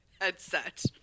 headset